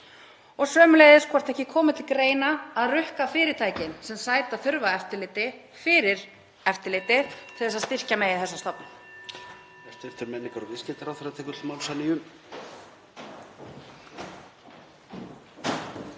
með? Sömuleiðis hvort ekki komi til greina að rukka fyrirtækin sem sæta þurfa eftirliti fyrir eftirlitið til að styrkja megi þessa stofnun.